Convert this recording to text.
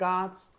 God's